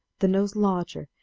the nose larger,